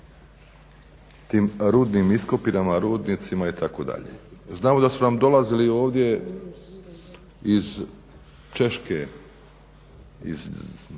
tim rudnim iskopinama, rudnicima itd. Znamo da su nam dolazili ovdje iz Češke, iz